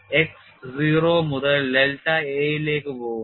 X 0 മുതൽ delta a ലേക്ക് പോകുന്നു